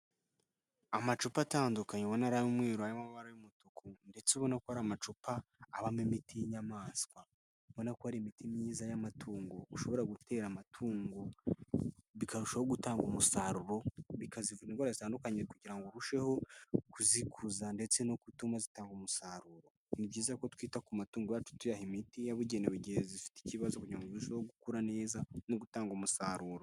Amacupa atandukanye ubona ari ay'umweru ari ay'amabara y'umutuku ndetse ubona ko amacupa abamo imiti y'inyamaswa. Ubona ko ari imiti myiza y'amatungo. Ushobora gutera amatungo bikarushaho gutanga umusaruro, bikazivura indwara zitandukanye kugira ngo zirusheho kuzikuza ndetse no gutuma zitanga umusaruro. Ni byiza ko twita ku matungo yacu tuyaha imiti yabugenewe igihe zifite ikibazo kugira ngo zirusheho gukura neza no gutanga umusaruro.